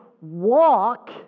walk